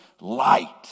light